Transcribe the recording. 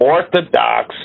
Orthodox